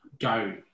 Go